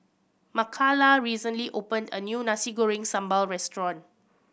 Makala recently opened a new Nasi Goreng Sambal restaurant